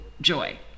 joy